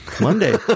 Monday